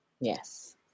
Yes